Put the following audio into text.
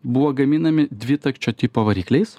buvo gaminami dvitakčio tipo varikliais